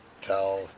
tell